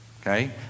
Okay